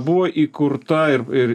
buvo įkurta ir ir